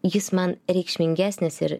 jis man reikšmingesnis ir